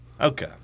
Okay